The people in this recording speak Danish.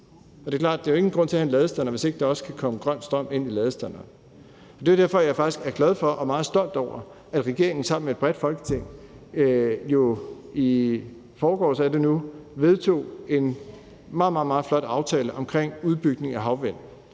Det er klart, at der ikke er nogen grund til at have en ladestander, hvis ikke der også kan komme grøn strøm ind i ladestanderen. Det er derfor, jeg er glad for og meget stolt over, at regeringen sammen med et bredt Folketing i forgårs vedtog en meget, meget flot aftale om udbygning af havvindmøller,